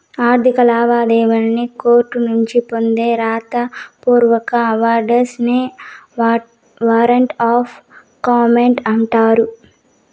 ఆర్థిక లావాదేవీల్లి కోర్టునుంచి పొందే రాత పూర్వక ఆర్డర్స్ నే వారంట్ ఆఫ్ పేమెంట్ అంటన్నారు